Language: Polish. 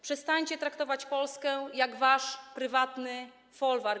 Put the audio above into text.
Przestańcie traktować Polskę jak wasz prywatny folwark.